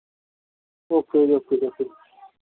okay ਜੀ okay ਜੀ okay